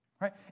right